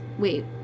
Wait